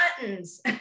buttons